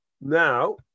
now